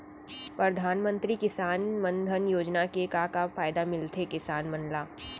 परधानमंतरी किसान मन धन योजना के का का फायदा मिलथे किसान मन ला?